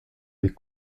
des